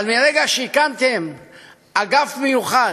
אבל מרגע שהקמתם אגף מיוחד,